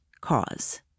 cause